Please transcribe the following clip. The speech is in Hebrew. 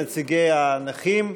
נציגי הנכים,